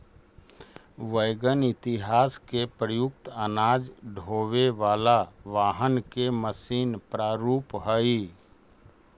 wagon इतिहास में प्रयुक्त अनाज ढोवे वाला वाहन के मशीन प्रारूप हई